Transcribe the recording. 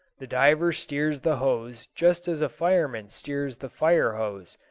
the diver steers the hose just as a fireman steers the fire-hose,